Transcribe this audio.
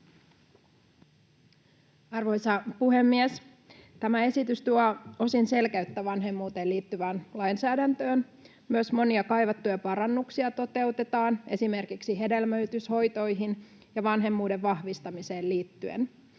Arvoisa puhemies! Tämä esitys tuo osin selkeyttä vanhemmuuteen liittyvään lainsäädäntöön. Myös monia kaivattuja parannuksia toteutetaan, esimerkiksi hedelmöityshoitoihin ja vanhemmuuden vahvistamiseen liittyen.